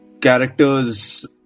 characters